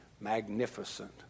magnificent